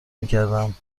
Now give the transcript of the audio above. میکردم